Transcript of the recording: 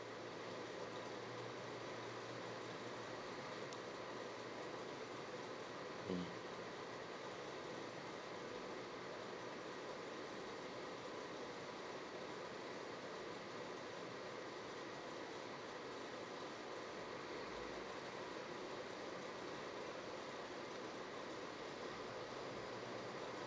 mm